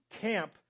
camp